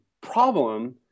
problem